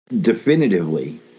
Definitively